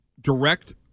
direct